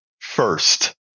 First